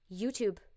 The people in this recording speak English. YouTube